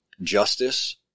justice